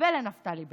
ולנפתלי בנט.